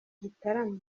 gitarama